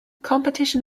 competition